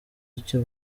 icyo